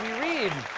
read